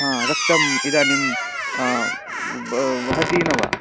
हा रक्तम् इदानीं ब वहति न वा